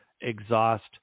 exhaust